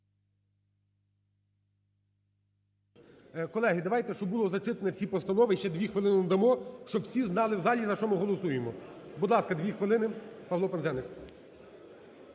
Колеги, давайте, щоб були зачитані всі постанови, ще 2 хвилини надамо, щоб всі знали в залі, за що ми голосуємо. Будь ласка, 2 хвилини, Павло Пинзеник.